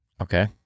Okay